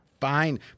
Fine